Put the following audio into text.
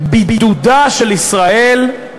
בידודה של ישראל,